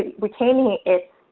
retaining it,